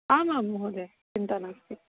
आमां महोदय चिन्ता नास्ति